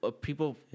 people